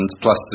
plus